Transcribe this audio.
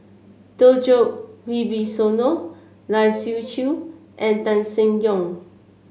Djoko Wibisono Lai Siu Chiu and Tan Seng Yong